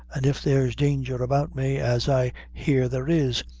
and if there's danger about me, as i hear there is,